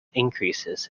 increases